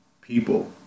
people